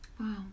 Wow